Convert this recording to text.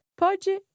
pode